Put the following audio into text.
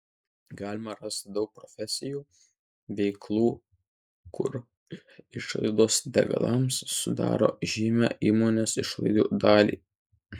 galima rasti daug profesijų veiklų kur išlaidos degalams sudaro žymią įmonės išlaidų dalį